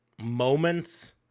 moments